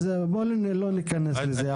אז בוא לא ניכנס לזה.